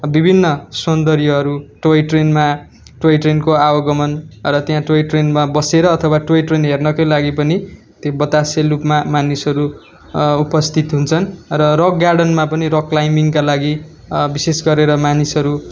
विभिन्न सौन्दर्यहरू टय ट्रेनमा टोय ट्रेनको आवागमन र त्या टोय ट्रेनमा बसेर अथवा टय ट्रेन हेर्नकै लागि पनि त्यो बतासे लुपमा मानिसहरू उपस्थित हुन्छन् र रक गार्डेनमा पनि रक क्लाइम्बिङका लागि न विशेष गरेरे मानिसहरू